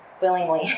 Willingly